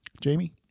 jamie